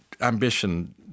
ambition